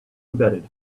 embedded